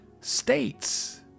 states